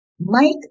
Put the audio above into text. Mike